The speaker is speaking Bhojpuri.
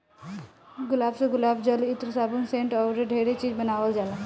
गुलाब से गुलाब जल, इत्र, साबुन, सेंट अऊरो ढेरे चीज बानावल जाला